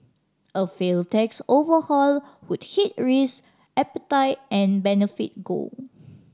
a failed tax overhaul would hit risk appetite and benefit gold